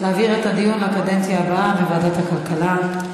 להעביר את הדיון, בקדנציה הבאה, לוועדת הכלכלה.